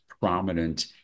prominent